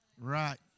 Right